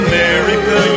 America